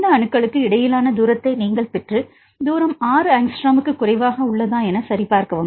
இந்த அணுக்களுக்கு இடையிலான தூரத்தை நீங்கள் பெற்று தூரம் 6 ஆங்ஸ்ட்ரோமுக்கு குறைவாக உள்ளதா என சரிபார்க்கவும்